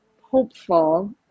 hopeful